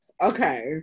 okay